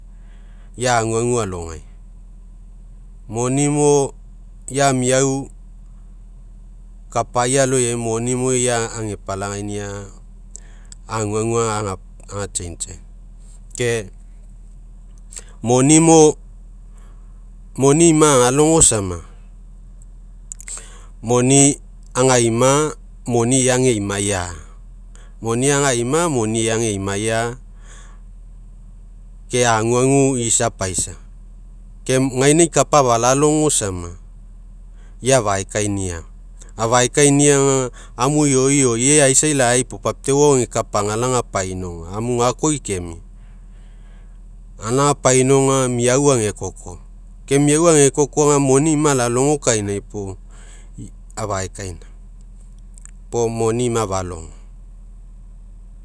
Ia aguagu alogai. Moni mo ia meau kapai aloaia moni mo ia agepalagainia aguagu aga changei'aina. Ke moni mo moni ima agalogo samagai, moni agaima moni ia ageimaia moni agaima moni ia ageimaia ke aguagu isa paisa. Ke gaina ikapa afalogo samagai ia afaekainia, afaekainia aga amu ioi ioi ia eaisai lai puo papiau ao ega kapa agalao aga painaoga amu gakoi kemia. Agalao agapainaoga meau agekoko, ke meau agekoko aga moni ima alalogo kainai puo afaekaina puo moni ima falogo.